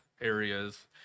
areas